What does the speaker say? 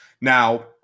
now